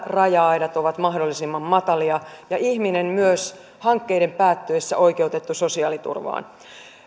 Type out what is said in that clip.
raja aidat ovat mahdollisimman matalia ja ihminen myös hankkeiden päättyessä on oikeutettu sosiaaliturvaan